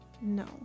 No